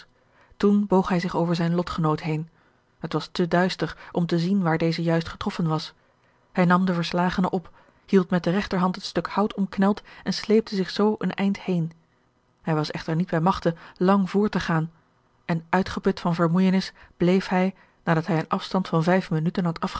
boog hij zich over zijn lotgenoot heen het was te duister om te zien waar deze juist getroffen was hij nam den verslagene op hield met de regterhand het stuk hout omkneld en sleepte zich zoo een eind heen hij was echter niet bij magte lang voort te gaan en uitgeput van vermoeijenis bleef hij nadat hij een afstand van vijf minuten had